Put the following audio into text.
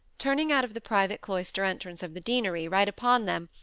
turning out of the private cloister-entrance of the deanery, right upon them,